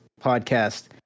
podcast